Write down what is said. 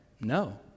no